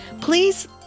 please